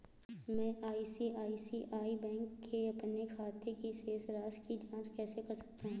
मैं ICICI bank के अपने खाते की शेष राशि की जाँच कैसे कर सकता हूँ?